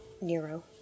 Nero